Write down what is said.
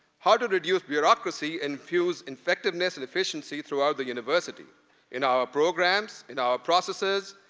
how to reduce bureaucracy and infuse effectiveness and efficiency throughout the university in our programs, in our processes,